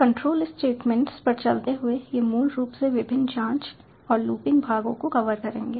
control statements पर चलते हुए ये मूल रूप से विभिन्न जाँच और लूपिंग भागों को कवर करेंगे